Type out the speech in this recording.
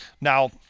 Now